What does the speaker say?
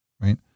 right